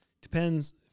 Depends